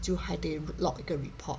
就还得 log 一个 report